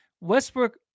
westbrook